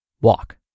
Walk